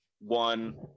one